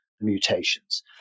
mutations